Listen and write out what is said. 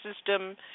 system